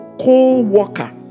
co-worker